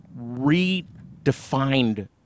redefined